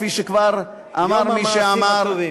כפי שכבר אמר מי שאמר,